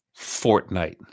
Fortnite